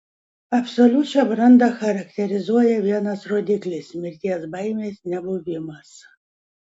absoliučią brandą charakterizuoja vienas rodiklis mirties baimės nebuvimas